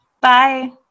Bye